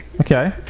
Okay